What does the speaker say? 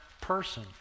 person